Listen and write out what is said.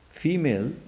female